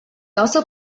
also